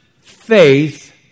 faith